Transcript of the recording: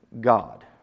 God